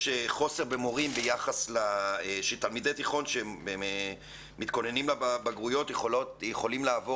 חוסר במורים כאשר תלמידי תיכון שמתכוננים לבגרויות יכולים לעבור